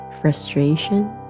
frustration